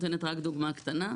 אני נותנת רק דוגמה קטנה,